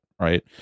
right